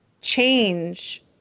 change